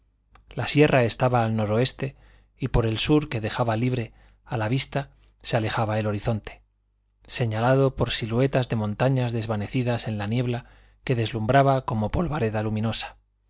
la sierra estaba al noroeste y por el sur que dejaba libre a la vista se alejaba el horizonte señalado por siluetas de montañas desvanecidas en la niebla que deslumbraba como polvareda luminosa